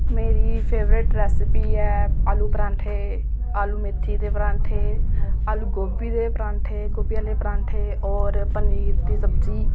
मेरी favourite recipe ऐ आलू परांठे आलू मैथी दे परांठे आलू गोभी दे परांठे गोभी आह्ले परांठे और पनीर दी सब्जी